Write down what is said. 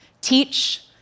Teach